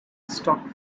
stock